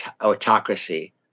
autocracy